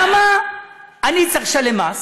למה אני צריך לשלם מס,